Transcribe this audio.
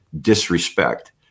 disrespect